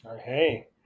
Hey